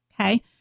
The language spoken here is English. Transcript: Okay